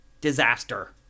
disaster